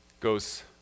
goes